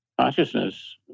consciousness